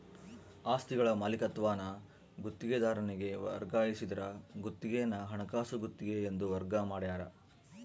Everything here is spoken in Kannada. ಆಸ್ತಿಗಳ ಮಾಲೀಕತ್ವಾನ ಗುತ್ತಿಗೆದಾರನಿಗೆ ವರ್ಗಾಯಿಸಿದ್ರ ಗುತ್ತಿಗೆನ ಹಣಕಾಸು ಗುತ್ತಿಗೆ ಎಂದು ವರ್ಗ ಮಾಡ್ಯಾರ